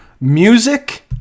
music